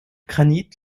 granit